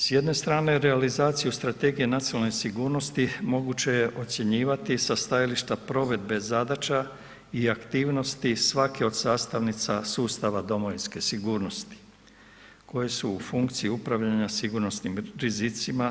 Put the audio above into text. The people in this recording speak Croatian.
S jedne strane realizaciju strategije nacionalne sigurnosti moguće je ocjenjivati sa stajališta provedbe zadaća i aktivnosti svake od sastavnica sustava domovinske sigurnosti koje su u funkciji upravljanja sigurnosnih rizicima.